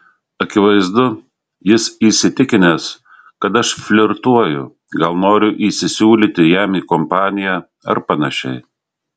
akivaizdu jis įsitikinęs kad aš flirtuoju gal noriu įsisiūlyti jam į kompaniją ar panašiai